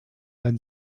ein